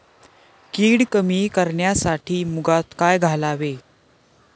कीड कमी करण्यासाठी मुगात काय घालावे?